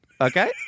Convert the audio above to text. okay